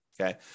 okay